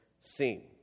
seen